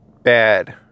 bad